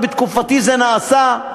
בתקופתי זה נעשה,